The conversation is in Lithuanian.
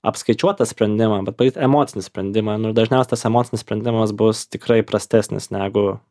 apskaičiuotą sprendimą bet padaryt emocinį sprendimą nu ir dažniausiai tas emocinis sprendimas bus tikrai prastesnis negu